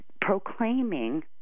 proclaiming